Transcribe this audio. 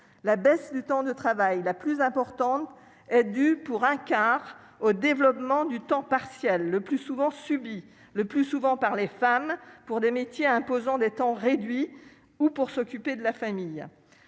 La baisse du temps de travail la plus importante est due, pour un quart, au développement du temps partiel, le plus souvent subi, le plus souvent par des femmes, qui exercent des métiers imposant des temps réduits ou doivent s'occuper de leur famille.